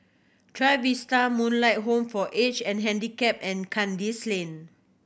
Trevista Moonlight Home for Age And Handicap and Kandis Lane